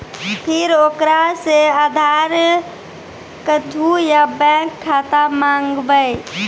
फिर ओकरा से आधार कद्दू या बैंक खाता माँगबै?